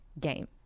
game